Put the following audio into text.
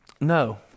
No